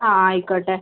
ആയിക്കോട്ടേ